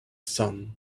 sun